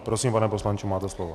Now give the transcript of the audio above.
Prosím, pane poslanče, máte slovo.